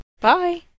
Bye